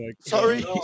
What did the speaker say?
Sorry